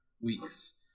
weeks